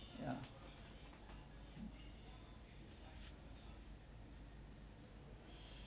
ya mm